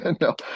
No